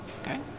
Okay